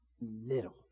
little